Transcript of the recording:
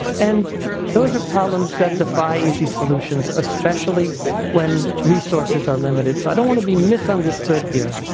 and those are problems that defies these solutions, especially when resources are limited. so i don't want to be misunderstood here.